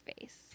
Face